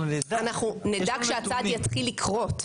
אנחנו נדע כשהצעד יתחיל לקרות,